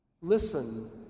Listen